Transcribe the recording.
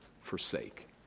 forsake